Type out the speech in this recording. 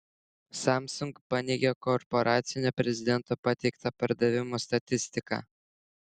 samsung paneigė korporacinio prezidento pateiktą pardavimų statistiką